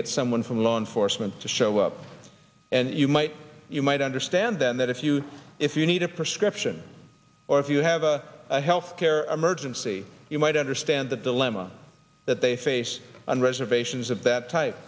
get someone from law enforcement to show up and you might you might understand them that if you if you need a prescription or if you have a health care emergency you might understand the dilemma that they face on reservations